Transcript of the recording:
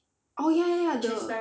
oh ya ya the